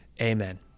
Amen